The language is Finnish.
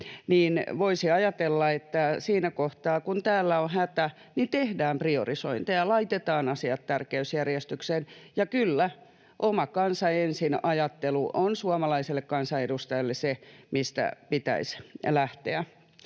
Voisi ajatella, että siinä kohtaa, kun täällä on hätä, tehdään priorisointeja ja laitetaan asiat tärkeysjärjestykseen, ja kyllä, oma kansa ensin ‑ajattelu on suomalaiselle kansanedustajalle se, mistä pitäisi lähteä.